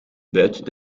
buit